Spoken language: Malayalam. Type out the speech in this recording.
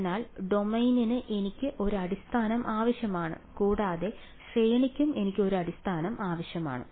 അതിനാൽ ഡൊമെയ്നിന് എനിക്ക് ഒരു അടിസ്ഥാനം ആവശ്യമാണ് കൂടാതെ ശ്രേണിയ്ക്കും എനിക്ക് ഒരു അടിസ്ഥാനം ആവശ്യമാണ്